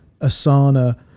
Asana